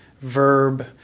verb